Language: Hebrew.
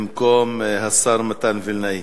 במקום השר מתן וילנאי.